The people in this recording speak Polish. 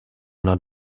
nad